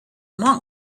monk